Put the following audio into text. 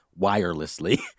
wirelessly